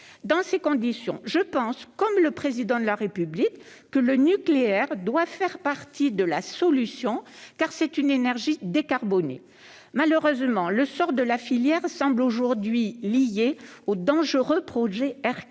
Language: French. Dans ces conditions, je pense, comme le Président de la République, que le nucléaire doit faire partie de la solution, car c'est une énergie décarbonée. Malheureusement, le sort de la filière semble aujourd'hui lié au dangereux projet